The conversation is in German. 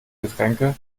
getränke